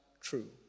true